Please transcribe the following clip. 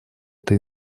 это